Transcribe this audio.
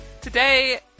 Today